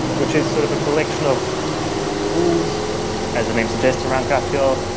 which is sort of a collection of tools as the name suggest around graphql,